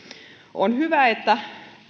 on hyvä että